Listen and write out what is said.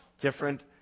different